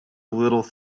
little